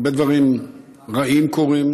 הרבה דברים רעים קורים,